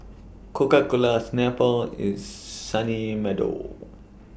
Coca Cola Snapple IS Sunny Meadow